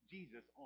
Jesus